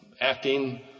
acting